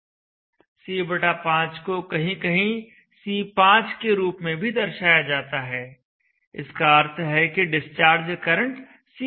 C5 को कहीं कहीं C5 के रूप में भी दर्शाया जाता है इसका अर्थ है कि डिस्चार्ज करंट C5 है